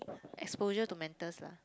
exposure to mentors lah